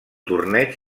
torneig